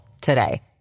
today